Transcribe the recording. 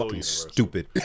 stupid